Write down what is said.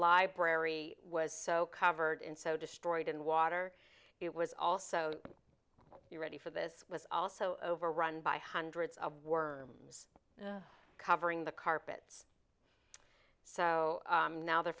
library was so covered and so destroyed and water it was also you ready for this was also overrun by hundreds of worms covering the carpets so now they're